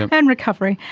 and and recovery,